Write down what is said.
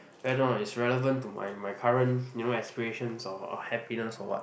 whether or not it's relevant to my my current you know aspirations or happiness or what